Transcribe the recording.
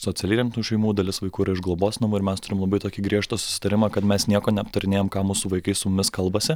socialiai remtinų šeimų dalis vaikų ir iš globos ir mes turim labai tokį griežtą susitarimą kad mes nieko neaptarinėjam ką mūsų vaikai su mumis kalbasi